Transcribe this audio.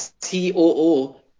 t-o-o